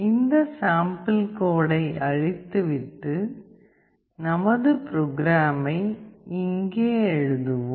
இந்த சாம்பிள் கோடை அழித்துவிட்டு நமது ப்ரோக்ராமை இங்கே எழுதுவோம்